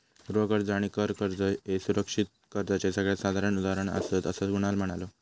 गृह कर्ज आणि कर कर्ज ह्ये सुरक्षित कर्जाचे सगळ्यात साधारण उदाहरणा आसात, असा कुणाल म्हणालो